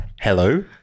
Hello